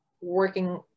working